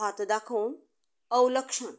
हात दाखोवन अवलक्षण